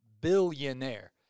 Billionaire